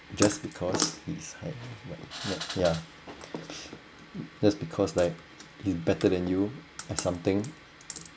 just because it's ya but just because like he's better than you at something